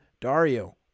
Dario